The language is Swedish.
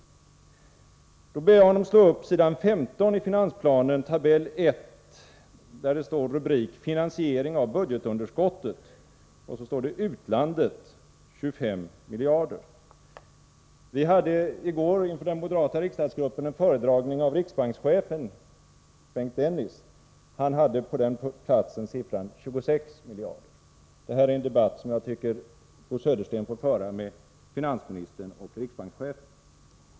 Då ber jag Bo Södersten att slå upp s. 15 i finansplanen, tabell 1, där det står som rubrik Finansiering av budgetunderskottet 1982-1984. Där står det Utlandet 25 miljarder 1983. Vi hade i går inför den moderata riksdagsgruppen en föredragning av riksbankschefen Bengt Dennis. Han hade på den platsen siffran 26 miljarder. Det här är en debatt som jag tycker Bo Södersten får föra med finansministern och riksbankschefen.